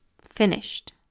finished